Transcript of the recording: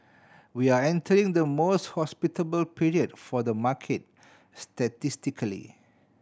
we are entering the most hospitable period for the market statistically